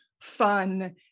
fun